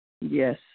Yes